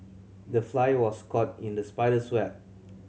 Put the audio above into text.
the fly was caught in the spider's web